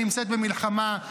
שנמצאת במלחמה,